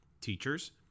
Teachers